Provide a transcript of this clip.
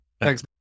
Thanks